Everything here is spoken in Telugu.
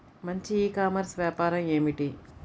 మంచి ఈ కామర్స్ వ్యాపారం ఏమిటీ?